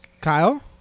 Kyle